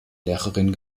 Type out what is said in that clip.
lehrerin